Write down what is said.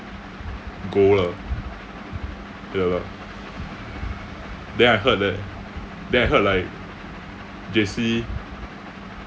go lah ya lah then I heard that then I heard like J_C